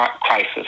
crisis